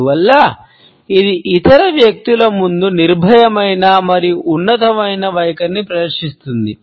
అందువల్ల ఇది ఇతర వ్యక్తుల ముందు నిర్భయమైన మరియు ఉన్నతమైన వైఖరిని ప్రదర్శిస్తుంది